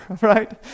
right